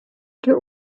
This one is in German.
der